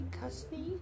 custody